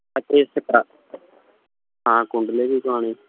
ਹਾਂ ਕੁੰਡਲੇ ਵੀ ਕਰਾਣੇ